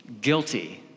Guilty